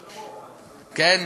כן?